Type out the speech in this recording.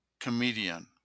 comedian